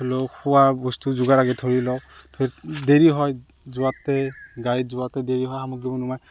ধৰি লওক খোৱা বস্তু যোগাৰকে ধৰি লওঁক দেৰি হয় যোৱাতে গাড়ীত যোৱাতে দেৰি হয় সামগ্ৰীবোৰ